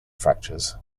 fractures